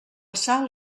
sal